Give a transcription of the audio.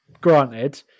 granted